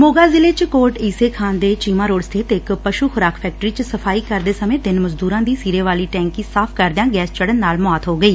ਮੋਗਾ ਜ਼ਿਲ਼ੇ ਚ ਕੋਟ ਈਸੇ ਖਾਂ ਦੇ ਚੀਮਾ ਰੋਡ ਸਬਿਤ ਇਕ ਪਸੁ ਖੁਰਾਕ ਫੈਕਟਰੀ ਚ ਸਫਾਈ ਕਰਦੇ ਸਮੇਂ ਤਿੰਨ ਮਜ਼ਦੁਰਾਂ ਦੀ ਸੀਰੇ ਵਾਲੀ ਟੈਂਕੀ ਸਾਫ ਕਰਦਿਆਂ ਗੈਸ ਚੜਨ ਨਾਲ ਮੌਤ ਹੋ ਗਈ